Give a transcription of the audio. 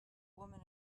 woman